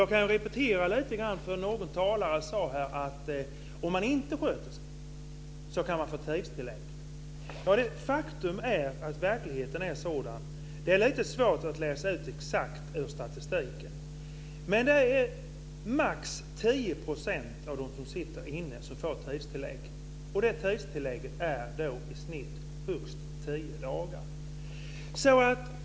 Jag kan repetera lite grann. Någon talare sade här att om de intagna inte sköter sig kan de få tidstillägg. Det är lite svårt att läsa ut exakt ur statistiken. Men faktum är att maximalt 10 % av dem som sitter inne får tidstillägg, och det tidstillägget är i snitt högst tio dagar.